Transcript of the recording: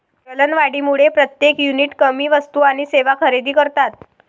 चलनवाढीमुळे प्रत्येक युनिट कमी वस्तू आणि सेवा खरेदी करतात